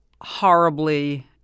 horribly